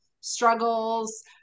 struggles